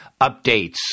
updates